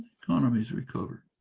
economies recover.